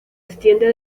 extiende